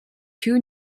two